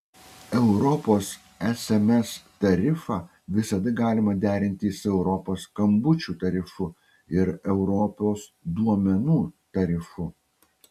europos sms tarifą visada galima derinti su europos skambučių tarifu ir europos duomenų tarifu